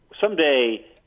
someday